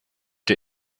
der